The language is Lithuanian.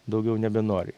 daugiau nebenori